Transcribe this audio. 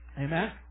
Amen